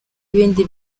ibindi